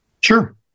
Sure